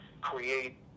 create